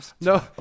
No